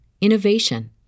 innovation